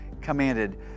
commanded